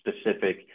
specific